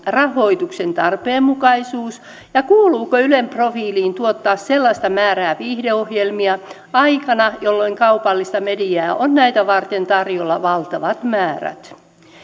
rahoituksen tarpeenmukaisuus ja se kuuluuko ylen profiiliin tuottaa sellaista määrää viihdeohjelmia aikana jolloin kaupallista mediaa on näitä varten tarjolla valtavat määrät